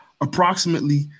Approximately